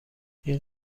این